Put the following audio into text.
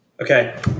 Okay